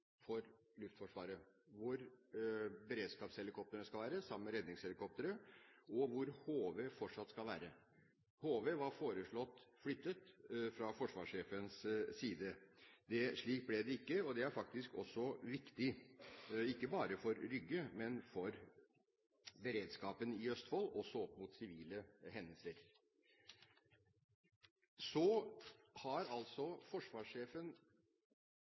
for Luftforsvaret, hvor beredskapshelikopterne skal være, sammen med redningshelikoptre, og hvor HV fortsatt skal være. HV var foreslått flyttet fra forsvarssjefens side. Slik ble det ikke. Det er faktisk også viktig, ikke bare for Rygge, men for beredskapen i Østfold, også opp mot sivile hendelser. Så har forsvarssjefen